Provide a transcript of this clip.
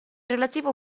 relativo